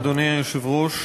אדוני היושב-ראש,